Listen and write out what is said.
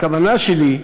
הכוונה שלי,